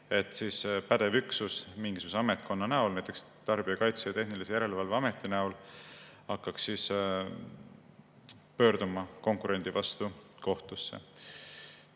et pädev üksus mingisuguse ametkonna näol, näiteks Tarbijakaitse ja Tehnilise Järelevalve Ameti näol, hakkaks pöörduma konkurendi vastu kohtusse.